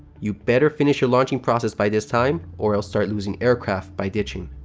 you'd better finish your launching process by this time or you'll start losing aircraft by ditching.